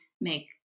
make